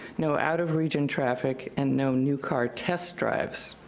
no out of region traffic, and no new car test drives.